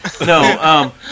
no